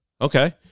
Okay